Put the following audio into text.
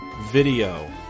video